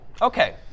Okay